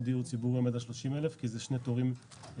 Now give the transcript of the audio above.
דיור ציבורי עומד על 30,000 כי זה שני תורים נפרדים.